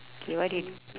okay what do you